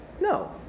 No